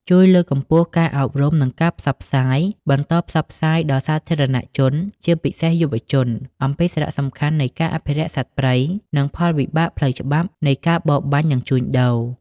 ជួយលើកកម្ពស់ការអប់រំ និងការផ្សព្វផ្សាយ បន្តផ្សព្វផ្សាយដល់សាធារណជន ជាពិសេសយុវជន អំពីសារៈសំខាន់នៃការអភិរក្សសត្វព្រៃ និងផលវិបាកផ្លូវច្បាប់នៃការបរបាញ់ និងជួញដូរ។